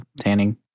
tanning